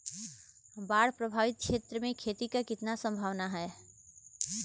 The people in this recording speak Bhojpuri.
बाढ़ प्रभावित क्षेत्र में खेती क कितना सम्भावना हैं?